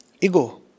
ego